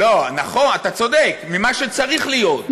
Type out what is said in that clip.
נכון, אתה צודק, ממה שצריך להיות.